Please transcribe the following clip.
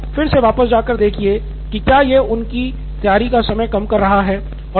तो ज़रा फिर से वापस जा कर देखिये की क्या यह उनकी तैयारी का समय कम कर रहा है